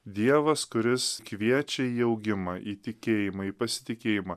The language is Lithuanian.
dievas kuris kviečia į augimą į tikėjimą į pasitikėjimą